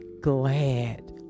glad